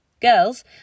Girls